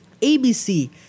ABC